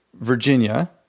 Virginia